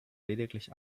lediglich